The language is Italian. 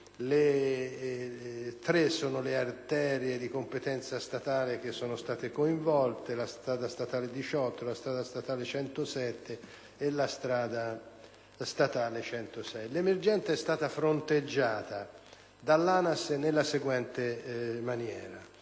Tre sono le arterie di competenza statale coinvolte: la strada statale n. 18, la strada statale n. 107 e la strada statale n. 106. L'emergenza è stata fronteggiata dall'ANAS nella seguente maniera: